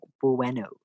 bueno